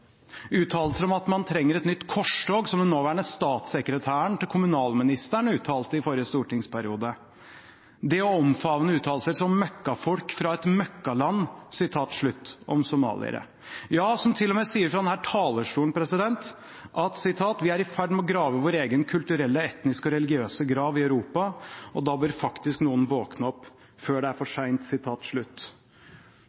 uttalelser om at man trenger et nytt korstog, som den nåværende statssekretæren til kommunalministeren uttalte i forrige stortingsperiode, eller det å omfavne uttalelser som «møkkafolk fra et møkkaland» om somaliere. Ja, det er til og med sagt fra denne talerstolen: «Vi er i ferd med å grave vår egen kulturelle, etniske og religiøse grav i Europa, og da bør faktisk noen våkne opp før det er for